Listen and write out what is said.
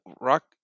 rock